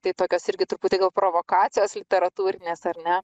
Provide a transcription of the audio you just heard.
tai tokios irgi truputį gal provokacijos literatūrinės ar ne